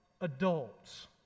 adults